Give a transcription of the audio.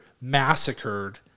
massacred